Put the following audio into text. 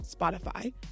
Spotify